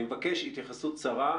אני מבקש התייחסות קצרה,